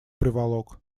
приволок